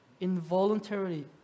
involuntarily